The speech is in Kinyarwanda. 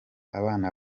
abana